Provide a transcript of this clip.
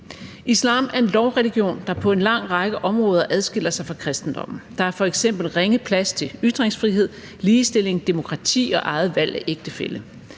Islam er en lovreligion, der på en lang række områder adskiller sig fra kristendommen. Der er f.eks. ringe plads til ytringsfrihed, ligestilling, demokrati og eget valg af ægtefælle.